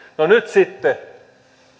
no nyt sitten